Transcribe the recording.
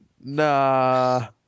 nah